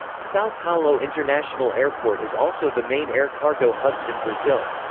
sao paulo international airport is also the main air cargo hubs in brazil.